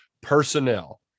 PERSONNEL